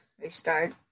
restart